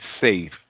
safe